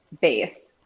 base